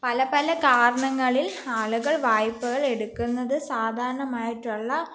പല പല കാരണങ്ങളിൽ ആളുകൾ വായ്പകൾ എടുക്കുന്നത് സാധാരണമായിട്ടുള്ള